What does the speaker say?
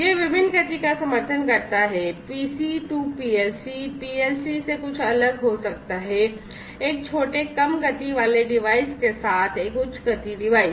यह विभिन्न गति का समर्थन करता है PC to PLC PLC से कुछ अलग हो सकता है एक छोटे कम गति वाले डिवाइस के साथ एक उच्च गति डिवाइस